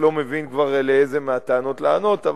אני לא מבין כבר על איזה מהטענות לענות,